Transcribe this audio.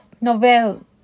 novel